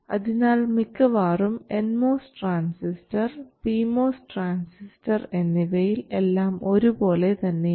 അതിനാൽ മിക്കവാറും N MOS transistor P MOS transistor എന്നിവയിൽ എല്ലാം ഒരുപോലെ തന്നെയാണ്